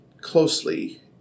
closely